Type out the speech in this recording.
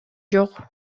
жок